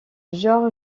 georg